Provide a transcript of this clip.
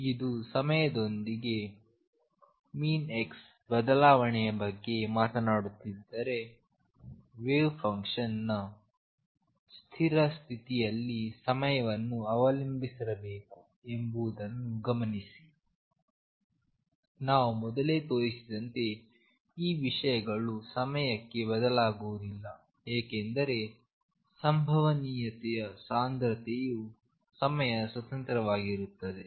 ನೀವು ಸಮಯದೊಂದಿಗೆ ⟨x⟩ ಬದಲಾವಣೆಯ ಬಗ್ಗೆ ಮಾತನಾಡುತ್ತಿದ್ದರೆ ವೇವ್ ಫಂಕ್ಷನ್ ಸ್ಥಿರ ಸ್ಥಿತಿಯಲ್ಲಿ ಸಮಯವನ್ನು ಅವಲಂಬಿಸಿರಬೇಕು ಎಂಬುದನ್ನು ಗಮನಿಸಿ ನಾವು ಮೊದಲೇ ತೋರಿಸಿದಂತೆ ಈ ವಿಷಯಗಳು ಸಮಯಕ್ಕೆ ಬದಲಾಗುವುದಿಲ್ಲ ಏಕೆಂದರೆ ಸಂಭವನೀಯತೆ ಸಾಂದ್ರತೆಯು ಸಮಯ ಸ್ವತಂತ್ರವಾಗಿರುತ್ತದೆ